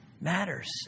Matters